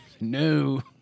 No